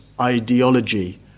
ideology